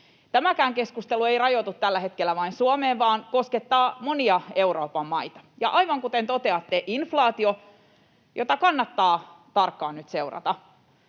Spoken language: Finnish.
Tämäkään keskustelu ei rajoitu tällä hetkellä vain Suomeen vaan koskettaa monia Euroopan maita, ja aivan kuten toteatte, inflaation, jota kannattaa tarkkaan nyt seurata,